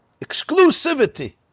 exclusivity